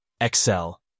Excel